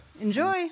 Enjoy